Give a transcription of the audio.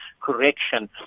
correction